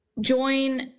join